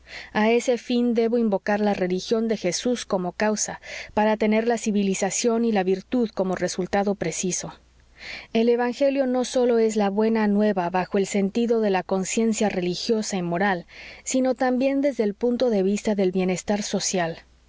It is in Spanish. a ese fin debo invocar la religión de jesús como causa para tener la civilización y la virtud como resultado preciso el evangelio no sólo es la buena nueva bajo el sentido de la conciencia religiosa y moral sino también desde el punto de vista del bienestar social